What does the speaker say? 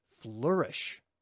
flourish